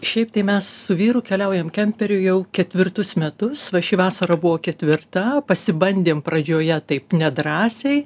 šiaip tai mes su vyru keliaujam kemperiu jau ketvirtus metus va ši vasara buvo ketvirta pasibandėm pradžioje taip nedrąsiai